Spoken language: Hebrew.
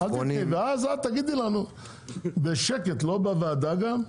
ואז את תגידי לנו בשקט, לא בוועדה גם,